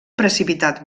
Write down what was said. precipitat